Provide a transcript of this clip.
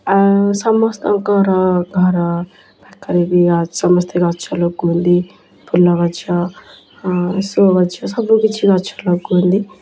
ଆଉ ସମସ୍ତଙ୍କର ଘର ପାଖରେବି ସମସ୍ତେ ଗଛ ଲଗାଉଛନ୍ତି ଫୁଲଗଛ ଶୋ ଗଛ ସବୁ କିଛି ଗଛ ଲଗାଉଛନ୍ତି